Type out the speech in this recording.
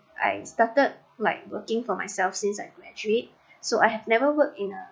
I started like working for myself since I graduate so I have never work in a